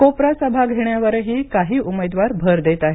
कोपरा सभा घेण्यावरही काही उमेदवार भर देत आहेत